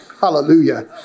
Hallelujah